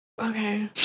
Okay